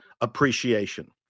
appreciation